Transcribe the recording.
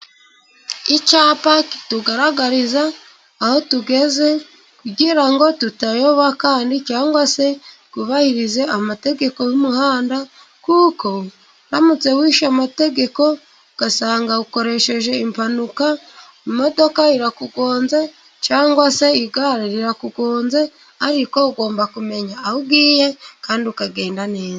Icyapa kitugaragariza aho tugeze kugira ngo tutayoba, kandi cyangwa se twubahirize amategeko y'umuhanda, kuko uramutse wishe amategeko ugasanga ukoresheje impanuka, imodoka irakugonze cyangwa se igare rirakugonze, ariko ugomba kumenya aho ugiye kandi ukagenda neza.